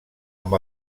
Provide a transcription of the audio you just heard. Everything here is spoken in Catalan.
amb